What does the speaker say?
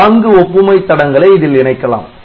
நான்கு ஒப்புமை தடங்களை இதில் இணைக்கலாம்